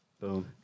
Boom